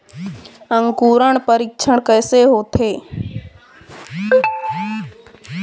अंकुरण परीक्षण कैसे होथे?